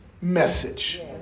message